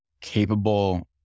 capable